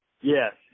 Yes